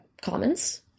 comments